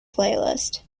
playlist